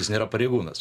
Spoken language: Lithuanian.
jis nėra pareigūnas